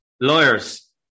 Lawyers